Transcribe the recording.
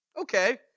Okay